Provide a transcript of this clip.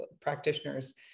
practitioners